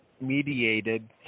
mediated